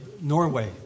Norway